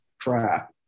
crap